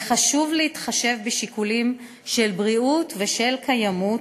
וחשוב להתחשב בשיקולים של בריאות ושל קיימות